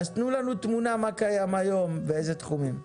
תנו לנו תמונה מה קיים היום באיזה תחומים.